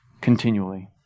continually